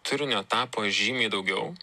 turinio tapo žymiai daugiau